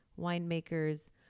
winemakers